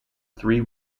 three